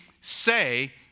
say